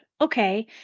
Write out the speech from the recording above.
okay